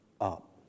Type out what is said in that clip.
up